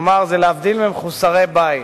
כלומר להבדיל ממחוסרי בית,